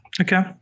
Okay